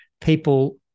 people